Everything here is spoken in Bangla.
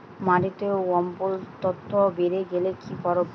মাটিতে অম্লত্ব বেড়েগেলে কি করব?